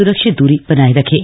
सुरक्षित दूरी बनाए रखें